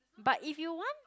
but if you want